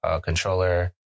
controller